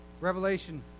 Revelation